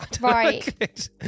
right